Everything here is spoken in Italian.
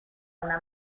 una